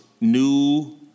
new